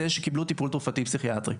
זה אלה שקיבלו טיפול תרופתי פסיכיאטרי.